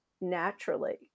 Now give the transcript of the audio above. naturally